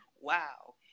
wow